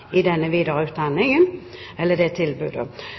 I denne debatten kan det